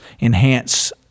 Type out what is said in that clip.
enhance